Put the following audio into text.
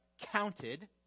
counted